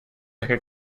her